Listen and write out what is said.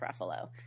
Ruffalo